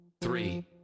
three